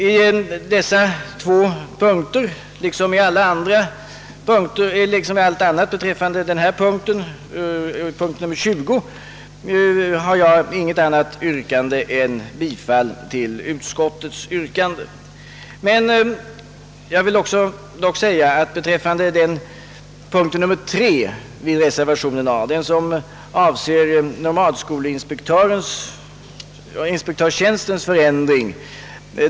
I dessa två avsnitt och beträffande det som i övrigt berörs i punkten 20 har jag inget annat yrkande än utskottets, med undantag dock beträffande den fråga som berörs i reservationen A 3 och som avser förändringen av nomadskolinspektörstjänsten.